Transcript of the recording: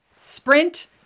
Sprint